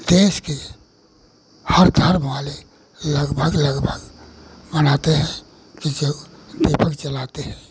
देश के हर धर्म वाले लगभग लगभग मनाते हैं कि जो दीपक जलाते हैं